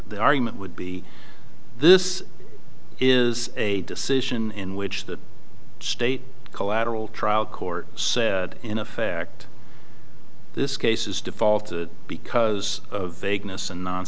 argument would be this is a decision in which the state collateral trial court said in effect this case is default because of a guinness and non